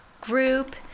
group